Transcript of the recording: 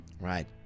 Right